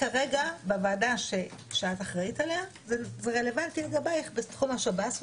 כרגע בוועדה שאת אחראית עליה זה רלוונטי לגביך בתחום השב"ס,